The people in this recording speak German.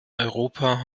europa